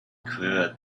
quivered